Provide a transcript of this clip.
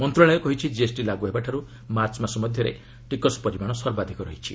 ମନ୍ତ୍ରଣାଳୟ କହିଛି' ଜିଏସଟି ଲାଗି ହେବା ଠାର୍ଚ୍ଚ ମାସରେ ଟିକସ ପରିମାଣ ସର୍ବାଧକ ରହିଛି